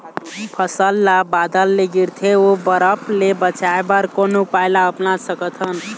फसल ला बादर ले गिरथे ओ बरफ ले बचाए बर कोन उपाय ला अपना सकथन?